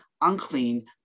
unclean